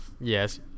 yes